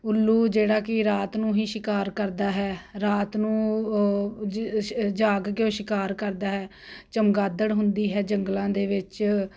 ਉੱਲੂ ਜਿਹੜਾ ਕਿ ਰਾਤ ਨੂੰ ਹੀ ਸ਼ਿਕਾਰ ਕਰਦਾ ਹੈ ਰਾਤ ਨੂੰ ਜਾਗ ਕੇ ਉਹ ਸ਼ਿਕਾਰ ਕਰਦਾ ਹੈ ਚਮਗਾਦੜ ਹੁੰਦੀ ਹੈ ਜੰਗਲਾਂ ਦੇ ਵਿੱਚ